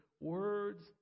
words